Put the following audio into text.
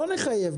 לא נחייב.